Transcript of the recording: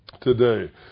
today